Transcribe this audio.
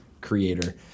creator